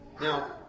Now